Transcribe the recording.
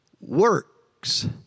works